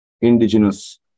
indigenous